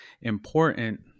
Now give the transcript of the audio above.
important